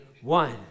One